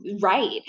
Right